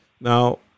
Now